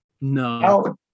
No